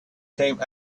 came